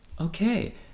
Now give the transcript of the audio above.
okay